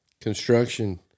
construction